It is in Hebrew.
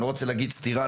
אני לא רוצה להגיד סתירה,